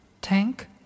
Tank